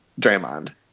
draymond